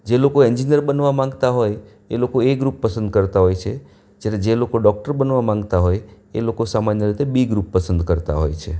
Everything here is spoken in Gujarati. જે લોકો એન્જિનિયર બનવા માંગતા હોય એ લોકો એ ગ્રુપ પસંદ કરતાં હોય છે જ્યારે જે લોકો ડૉક્ટર બનવા માંગતા હોય એ લોકો સામન્ય રીતે બી ગ્રુપ પસંદ કરતાં હોય છે